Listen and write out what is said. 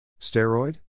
Steroid